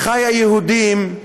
אחי היהודים,